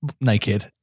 naked